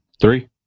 three